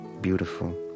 beautiful